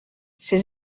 ces